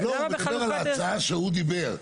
לא, הוא מדבר על ההצעה שהוא דיבר.